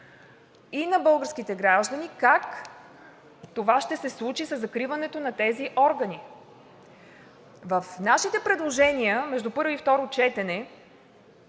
и на българските граждани как това ще се случи със закриването на тези органи. В нашите предложения между първо и второ четене,